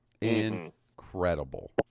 incredible